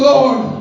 Lord